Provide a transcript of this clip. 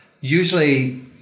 Usually